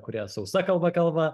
kurie sausa kalba kalba